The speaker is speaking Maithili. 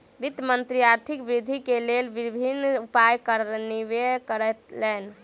वित्त मंत्री आर्थिक वृद्धि के लेल विभिन्न उपाय कार्यान्वित कयलैन